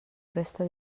resta